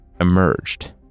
emerged